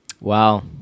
Wow